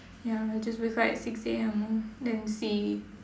ya I just wake up at six A_M orh then see